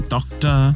Doctor